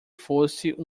fosse